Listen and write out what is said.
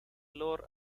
lore